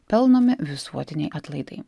pelnomi visuotiniai atlaidai